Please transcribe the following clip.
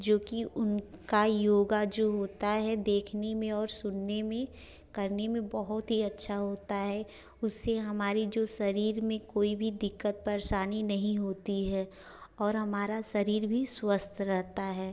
जोकि उनका योगा जो होता है देखने में और सुनने में करने में बहुत ही अच्छा होता है उससे हमारी जो शरीर में कोई भी दिक़्क़त परेशानी नहीं होती है और हमारा शरीर भी स्वस्थ रहता है